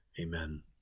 Amen